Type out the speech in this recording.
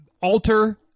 alter